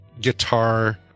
guitar